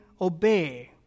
obey